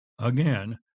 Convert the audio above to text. Again